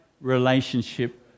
relationship